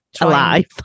alive